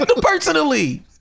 personally